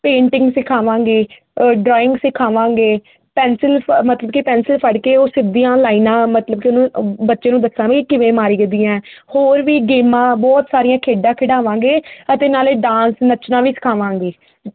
painting ਸਿਖਾਵਾਂਗੇ drawing ਸਿਖਾਵਾਂਗੇ pencil ਮਤਲਬ ਕਿ ਪੈਂਸਿਲ ਫੜ ਕੇ ਉਹ ਸਿੱਧੀਆਂ ਲਾਈਨਾਂ ਮਤਲਬ ਕਿ ਉਹਨੂੰ ਬੱਚੇ ਨੂੰ ਦੱਸਣਾ ਵੀ ਕਿਵੇਂ ਮਾਰੀ ਦੀਆ ਹੋਰ ਵੀ ਗੇਮਾਂ ਬਹੁਤ ਸਾਰੀਆਂ ਖੇਡਾਂ ਖਿਡਾਵਾਂਗੇ ਅਤੇ ਨਾਲੇ ਡਾਂਸ ਨੱਚਣਾ ਵੀ ਸਿਖਾਵਾਂਗੇ